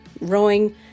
rowing